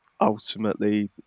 ultimately